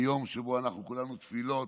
כיום שבו אנחנו כולנו תפילות,